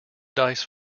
dice